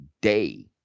day